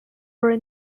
were